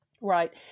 Right